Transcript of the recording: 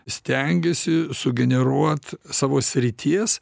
stengiasi sugeneruot savo srities